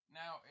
now